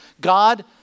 God